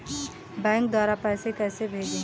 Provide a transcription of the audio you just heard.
Bank द्वारा पैसे कैसे भेजें?